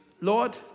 Lord